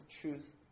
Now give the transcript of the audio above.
truth